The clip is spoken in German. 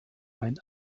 ein